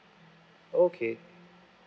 okay